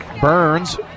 Burns